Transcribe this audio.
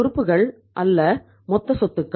பொறுப்புகள் அல்ல மொத்த சொத்துக்கள்